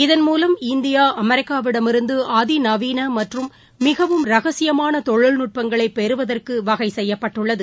இதன்மூலம் இந்தியாஅமெரிக்காவிடமிருந்துஅதிநவீனமற்றும் மிகவும் ரகசியமானதொழில்நுட்பங்களைபெறுவதற்குவகைசெய்யப்பட்டுள்ளது